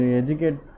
educate